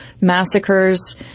massacres